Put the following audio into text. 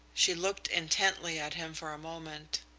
she looked intently at him for a moment.